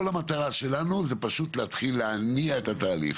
כל המטרה שלנו היא פשוט להתחיל להניע את התהליך